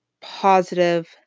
positive